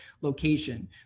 location